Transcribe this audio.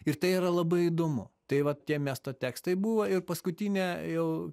ir tai yra labai įdomu tai vat tie miesto tekstai buvo ir paskutinė jau